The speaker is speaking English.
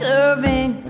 Serving